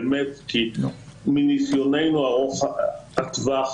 כי מניסיוננו ארוך הטווח,